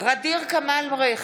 ע'דיר כמאל מריח,